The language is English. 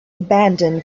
abandon